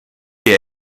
dir